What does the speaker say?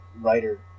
writer